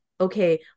okay